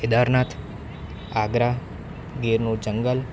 કેદારનાથ આગ્રા ગીરનું જંગલ